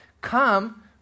come